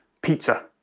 pizza.